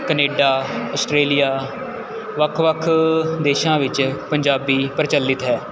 Canada Australia ਵੱਖ ਵੱਖ ਦੇਸ਼ਾਂ ਵਿੱਚ ਪੰਜਾਬੀ ਪ੍ਰਚਲਿਤ ਹੈ